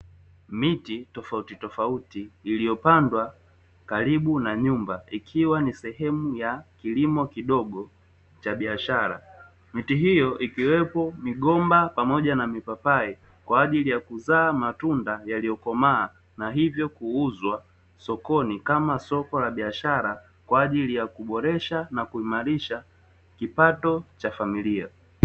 Miti tofauti tofauti iliyopandwa karibu na nyumba ikiwa ni sehemu ya kilimo kidogo cha biashara, miti hiyo ikiwepo migomba pamoja na mipapai, kwa ajili ya kuzaa matunda yaliyokomaa, na hivyo huuzwa sokoni kama soko la biashara, kwa ajili ya kuboresha na kuimarisha kipato cha familia.